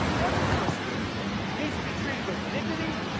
every person needs to be treated with dignity,